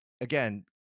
again